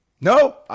No